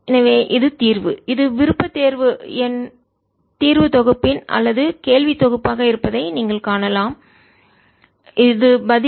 எனவே இது தீர்வு இது விருப்பத்தேர்வு எண் தீர்வு தொகுப்பின் அல்லது கேள்வித் தொகுப்பாக இருப்பதை நீங்கள் காணலாம் எனவே இது பதில்